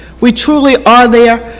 we truly are there.